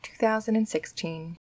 2016